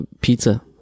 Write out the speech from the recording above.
pizza